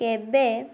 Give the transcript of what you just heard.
କେବେ